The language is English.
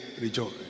rejoice